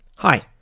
Hi